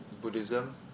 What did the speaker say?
Buddhism